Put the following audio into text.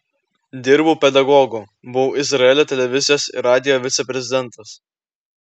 dirbau pedagogu buvau izraelio televizijos ir radijo viceprezidentas